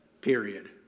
period